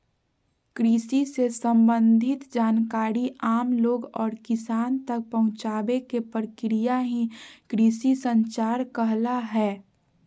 कृषि से सम्बंधित जानकारी आम लोग और किसान तक पहुंचावे के प्रक्रिया ही कृषि संचार कहला हय